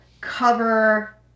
cover